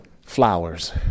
Flowers